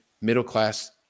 middle-class